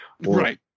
Right